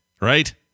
Right